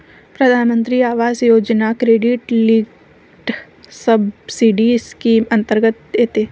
प्रधानमंत्री आवास योजना क्रेडिट लिंक्ड सबसिडी स्कीम अंतर्गत येते